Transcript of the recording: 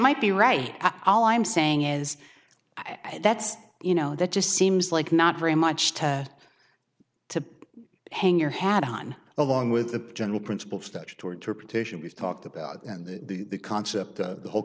might be right all i'm saying is i think that's you know that just seems like not very much time that to hang your hat on along with the general principle statutory interpretation we've talked about and the concept the whole